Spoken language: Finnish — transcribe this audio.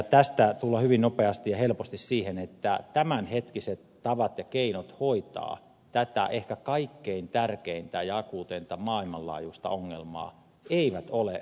tästä tullaan hyvin nopeasti ja helposti siihen että tämänhetkiset tavat ja keinot hoitaa tätä ehkä kaikkein tärkeintä ja akuuteinta maailmanlaajuista ongelmaa eivät ole riittävät